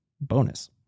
Bonus